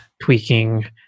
tweaking